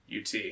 UT